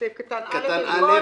סעיף קטן (א) אושר עם